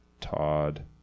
Todd